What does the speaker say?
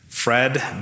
Fred